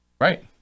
Right